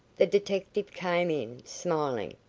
the detective came in, smiling,